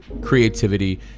creativity